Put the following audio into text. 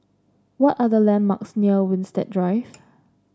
what are the landmarks near Winstedt Drive